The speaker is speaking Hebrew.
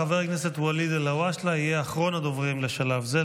חבר הכנסת ואליד אלהואשלה יהיה אחרון הדוברים בשלב זה.